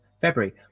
February